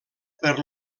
per